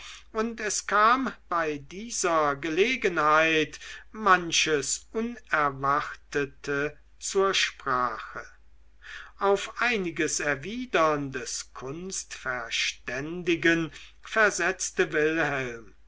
und es kam bei dieser gelegenheit manches unerwartete zur sprache auf einiges erwidern des kunstverständigen versetzte wilhelm